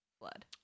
flood